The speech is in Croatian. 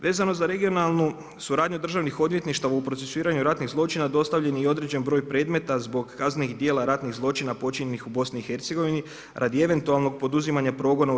Vezano za regionalnu suradnju državnih odvjetništva u procesuiranju ratnih zločina, dostavljen je i određen broj predmeta zbog kaznenih dijela ratnih zločina počinjenih u BIH, radi eventualnog poduzimanja progona u RH.